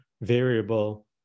variable